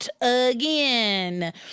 Again